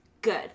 Good